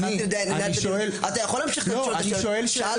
אני שואל שאלה.